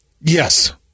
Yes